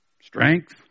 Strength